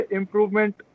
improvement